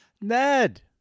Ned